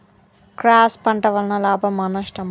Cross పంట వలన లాభమా నష్టమా?